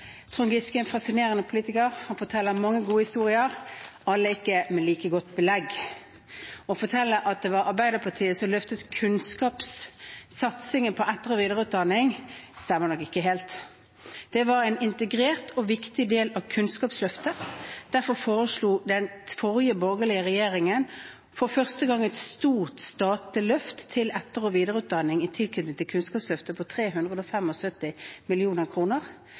Trond Giske er en fascinerende politiker. Han forteller mange gode historier – ikke alle med like godt belegg. Å fortelle at det var Arbeiderpartiet som løftet kunnskapssatsingen på etter- og videreutdanning, stemmer nok ikke helt. Det var en integrert og viktig del av Kunnskapsløftet. Derfor foreslo den forrige borgerlige regjeringen for første gang et stort statlig løft på 375 mill. kr til etter- og videreutdanning i tilknytning til Kunnskapsløftet